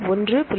1